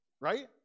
right